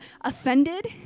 offended